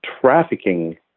trafficking